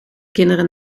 kinderen